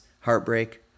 heartbreak